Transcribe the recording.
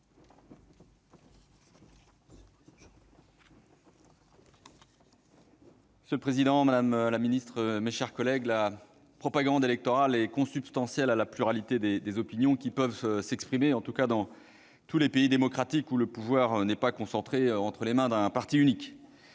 Monsieur le président, madame la ministre, mes chers collègues, la propagande électorale est consubstantielle à la pluralité des opinions qui peuvent s'exprimer dans tous les pays démocratiques où le pouvoir n'est pas concentré entre les mains d'un parti unique.